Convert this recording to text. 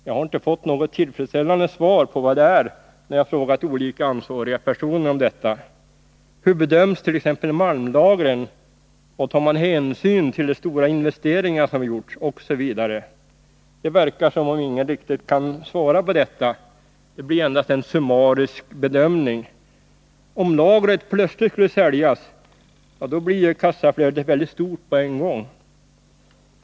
Jag har inte fått något tillfredsställande svar om vad det är, när jag har frågat olika ansvariga personer om detta. Hur bedöms t.ex. malmlagren, tar man hänsyn till de stora investeringar som gjorts osv.? Det verkar som om ingen riktigt kan svara på detta. Det blir endast en summarisk bedömning. Om lagret plötsligt skulle säljas, då blir ju kassaflödet väldigt stort på en gång.